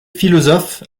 philosophe